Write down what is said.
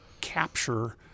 capture –